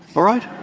all right?